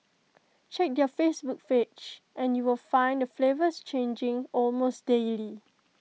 check their Facebook page and you will find the flavours changing almost daily